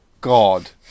God